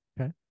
Okay